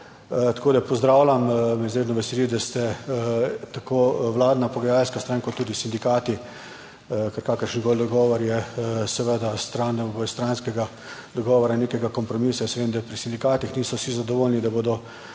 Tako, da pozdravljam, me izredno veseli, da ste tako vladna pogajalska stran kot tudi sindikati, kakršenkoli dogovor je seveda, obojestranskega dogovora in nekega kompromisa, Jaz vem, da pri sindikatih niso vsi zadovoljni, da bodo